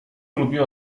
lubiła